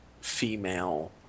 female